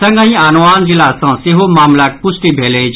संगहि आनोआन जिला सँ सेहो मामिलाक पुष्टि भेल अछि